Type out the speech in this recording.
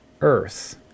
earth